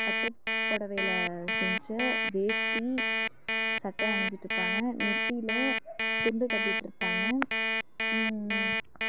பட்டு புடவையில செஞ்ச வேஷ்ட்டி சட்டை அணிஞ்சிட்டுருப்பாங்க நெற்றியில துண்டை கட்டிட்டுருப்பாங்க